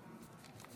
אדוני